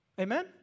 Amen